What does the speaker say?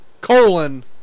colon